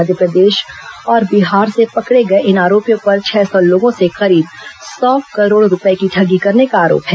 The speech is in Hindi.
मध्यप्रदेश और बिहार से पकड़े गए इन आरोपियों पर छह सौ लोगों से करीब सौ करोड़ रूपये की ठगी करने का आरोप है